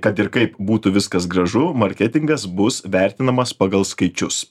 kad ir kaip būtų viskas gražu marketingas bus vertinamas pagal skaičius